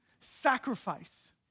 sacrifice